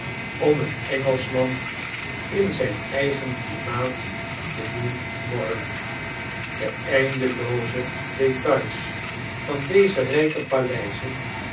om een engelschman in zijn eigen klimaat te doen morren de eindelooze details van dezeryke paleizen